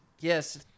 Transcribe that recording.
Yes